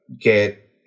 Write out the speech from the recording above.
get